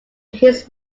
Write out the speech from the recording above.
his